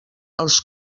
els